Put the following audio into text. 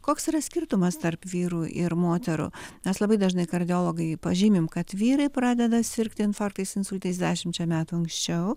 koks yra skirtumas tarp vyrų ir moterų nes labai dažnai kardiologai pažymim kad vyrai pradeda sirgti infarktais insultais dešimčia metų anksčiau